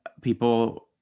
people